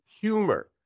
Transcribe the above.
humor